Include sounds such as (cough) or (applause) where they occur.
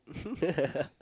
(laughs)